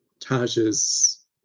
taj's